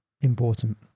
important